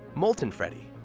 molten freddy.